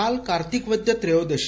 काल कार्तिक वद्य त्रयोदशी